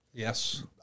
Yes